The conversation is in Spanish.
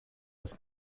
los